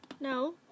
No